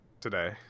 today